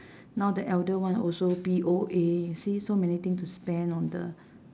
now the elder one also P_O_A see so many thing to spend on the